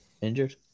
injured